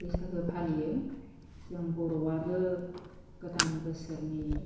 बैसागो फालियो जों बर'आबो गोदान बोसोरनि